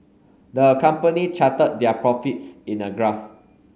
the company charted their profits in a graph